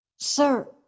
Sir